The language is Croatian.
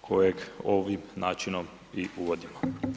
koje ovim načina mi uvodimo.